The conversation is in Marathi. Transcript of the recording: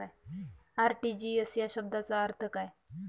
आर.टी.जी.एस या शब्दाचा अर्थ काय?